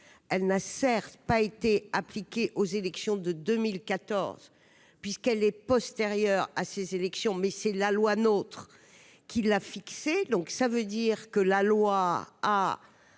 elle n'a certes pas été appliqué aux élections de 2014 puisqu'elle est postérieure à ces élections, mais c'est la loi, notre. Qu'il a fixée, donc ça veut dire que la loi a